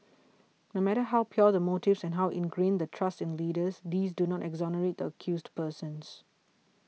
no matter how pure the motives and how ingrained the trust in leaders these do not exonerate the accused persons